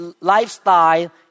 lifestyle